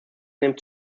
nimmt